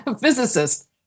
physicist